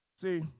See